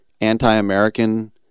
anti-American